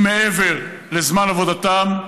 אם מעבר לזמן עבודתם,